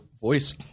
voice